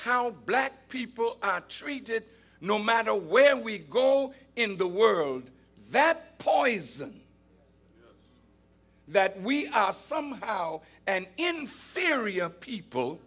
how black people are treated no matter where we go in the world that poison that we are somehow and inferior people